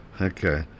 okay